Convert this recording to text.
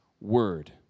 word